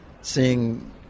seeing